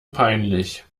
peinlich